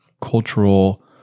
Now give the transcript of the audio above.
cultural